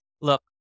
look